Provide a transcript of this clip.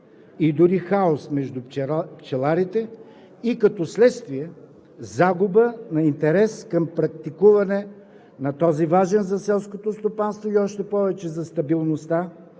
и дори хаос между пчеларите, и като следствие – загуба на интерес към практикуване на този важен за селското стопанство и още повече за стабилността